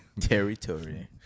Territory